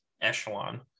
echelon